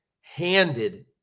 handed